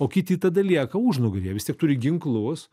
o kiti tada lieka užnugaryje vis tiek turi ginklus